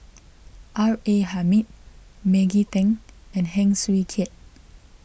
R A Hamid Maggie Teng and Heng Swee Keat